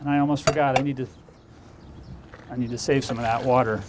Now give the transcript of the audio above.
and i almost forgot i need to i need to save some of that water